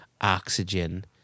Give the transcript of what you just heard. oxygen